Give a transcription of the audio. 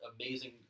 amazing